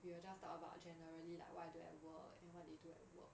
we will just talk about generally like what I do at work and what they do at work